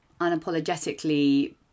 unapologetically